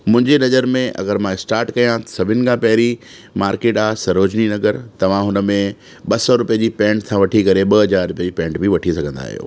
मुंहिंजी नज़र में अगरि मां स्टाट कयां सभिनी खां पहिरीं मार्केट आहे सरोजनी नगर तव्हां हुन में ॿ सौ रुपए जी पेंट खां वठी करे ॿ हज़ार जी पेंट बि वठी सघंदा आहियो